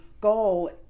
goal